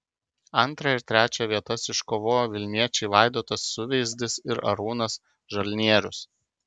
antrą ir trečią vietas iškovojo vilniečiai vaidotas suveizdis ir arūnas žalnierius